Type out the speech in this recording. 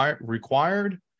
required